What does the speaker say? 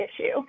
issue